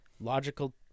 logical